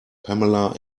pamela